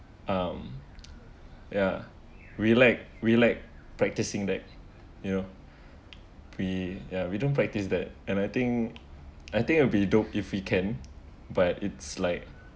um ya relax relax practising that you know we yeah we don't practise that and I think I think it'll be don't if you can but it's like